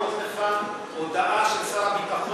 אני יכול להראות לך הודעה של שר הביטחון